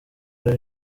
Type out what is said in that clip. hari